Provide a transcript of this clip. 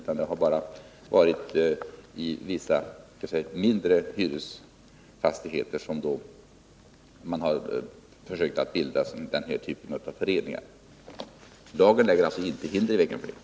Man har bara försökt bilda den här typen av föreningar i vissa mindre hyresfastigheter. Lagen lägger alltså inte hinder i vägen för detta.